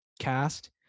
cast